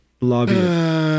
Lobby